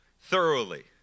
thoroughly